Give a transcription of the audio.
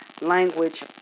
language